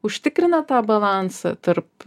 užtikrina tą balansą tarp